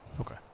Okay